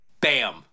bam